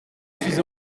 suis